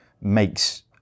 makes